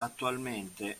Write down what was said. attualmente